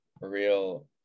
real